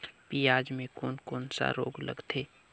पियाज मे कोन कोन सा रोग लगथे?